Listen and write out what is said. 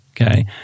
Okay